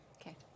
Okay